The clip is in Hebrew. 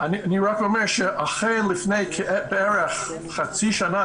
אני אומר שאכן לפני כחצי שנה,